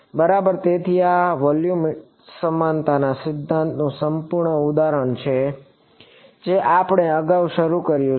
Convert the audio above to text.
બરાબર તેથી આ વોલ્યુમ સમાનતા સિદ્ધાંતનું સંપૂર્ણ ઉદાહરણ છે જે આપણે અગાઉ શરૂ કર્યું છે